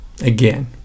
again